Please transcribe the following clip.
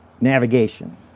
navigation